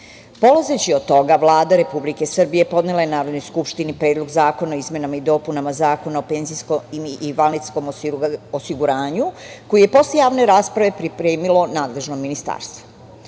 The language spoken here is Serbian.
od toga, Vlada Republike Srbije podnela je Narodnoj skupštini Predlog zakona o izmenama i dopunama Zakona o penzijskom i invalidskom osiguranju, koji je posle javne rasprave pripremilo nadležno ministarstvo.